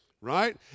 right